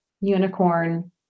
unicorn